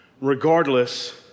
Regardless